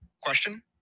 Question